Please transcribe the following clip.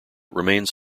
remains